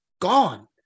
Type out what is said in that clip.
gone